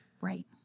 Right